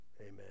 amen